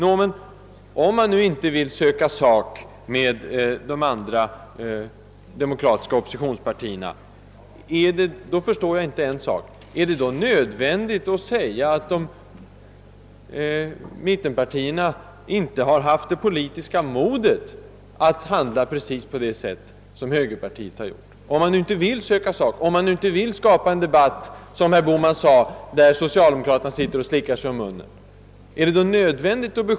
Men om man nu inte vill söka sak med de andra demokratiska oppositionspartierna, så förstår jag inte varför det skall vara nödvändigt att hävda att mittenpartierna inte har haft det politiska modet att handla på precis samma sätt som moderata samlingspartiet. Man skall väl under sådana förhållanden inte skapa en debatt där — som herr Bohman uttryckte sig — socialdemokraterna sitter och slickar sig om munnen.